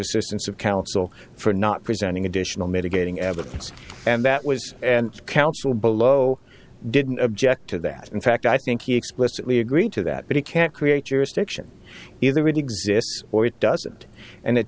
assistance of counsel for not presenting additional mitigating evidence and that was and counsel below didn't object to that in fact i think he explicitly agreed to that but it can't create jurisdiction either really exists or it doesn't and it